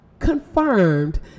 confirmed